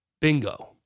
Bingo